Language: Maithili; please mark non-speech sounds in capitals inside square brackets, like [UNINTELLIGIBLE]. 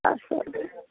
अऽ [UNINTELLIGIBLE]